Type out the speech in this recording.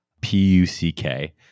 P-U-C-K